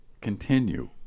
continue